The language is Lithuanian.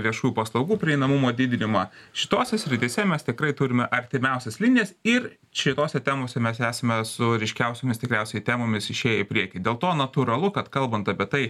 viešųjų paslaugų prieinamumo didinimą šitose srityse mes tikrai turime artimiausias linijas ir šitose temose mes esame su ryškiausiomis tikriausiai temomis išėję į priekį dėl to natūralu kad kalbant apie tai